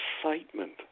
excitement